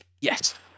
Yes